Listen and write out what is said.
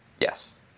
Yes